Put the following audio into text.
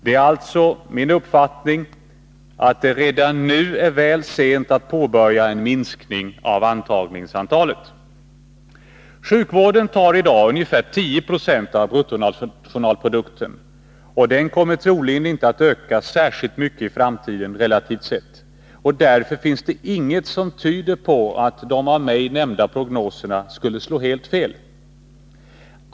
Det är alltså enligt min uppfattning redan nu väl sent att påbörja en minskning av antagningsantalet. Sjukvården tar i dag ungefär 10 70 av bruttonationalprodukten, och den kommer troligen inte att öka särskilt mycket i framtiden, relativt sett. Därför finns det inget som tyder på att de av mig nämnda prognoserna skulle slå helt fel.